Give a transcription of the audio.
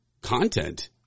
content